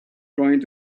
trying